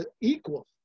equal